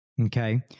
Okay